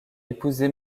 épousé